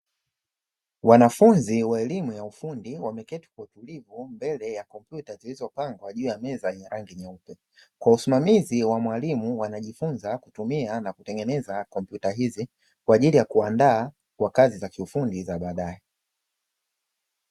Wanafunzi wa elimu ya ufundi wameketi kwa utulivu mbele ya kompyuta zilizopangwa juu ya meza zenye rangi nyeupe kwa usimamizi wa mwalimu wanajifunza kutumia na kutengeneza kompyuta hizi kwa ajili ya kuandaa kwa kazi za kiufundi za baadae.